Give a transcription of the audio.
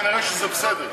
שנראה שזה בסדר.